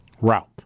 route